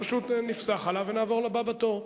פשוט נפסח עליו ונעבור לבא בתור.